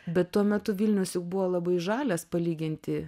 bet tuo metu vilnius juk buvo labai žalias palyginti